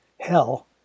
Hell